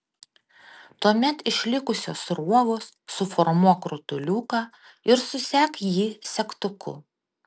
tuomet iš likusios sruogos suformuok rutuliuką ir susek jį segtuku